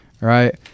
right